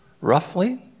roughly